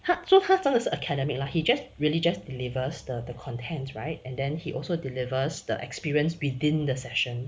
他 so far 真的是 academic lah he just religious delivers the contents right and then he also delivers the experience within the session